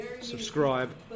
subscribe